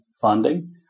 funding